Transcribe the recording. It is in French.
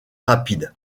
rapides